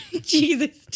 Jesus